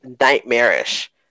nightmarish